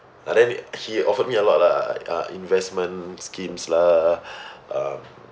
and then he offered me a lot lah uh investment schemes lah um